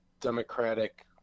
Democratic